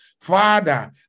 Father